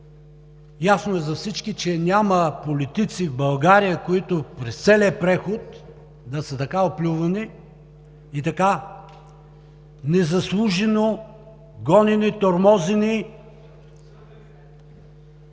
Ясно е за всички, че няма политици в България, които през целия преход да са така оплювани и така незаслужено гонени, тормозени,